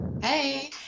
Hey